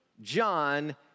John